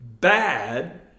bad